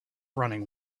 running